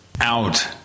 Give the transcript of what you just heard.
out